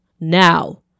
Now